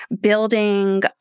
building